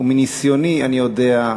ומניסיוני אני יודע,